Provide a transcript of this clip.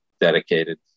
dedicated